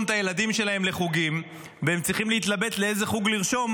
את הילדים שלהם לחוגים והם צריכים להתלבט לאיזה חוג לרשום,